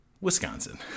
Wisconsin